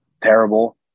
terrible